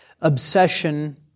obsession